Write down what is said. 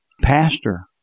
pastor